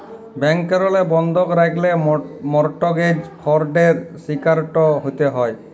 ব্যাংকেরলে বন্ধক রাখল্যে মরটগেজ ফরডের শিকারট হ্যতে হ্যয়